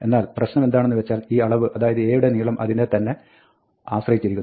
എന്നാൽ പ്രശ്നമെന്താണെന്നു വെച്ചാൽ ഈ അളവ് അതായത് A യുടെ നീളം അതിനെ തന്നെ ആശ്രയിച്ചിരിക്കുന്നു